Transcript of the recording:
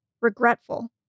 regretful